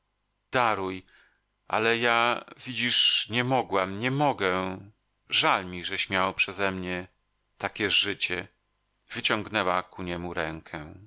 daruj ale ja widzisz nie mogłam nie mogę żal mi żeś miał przezemnie takie życie wyciągnęła ku niemu rękę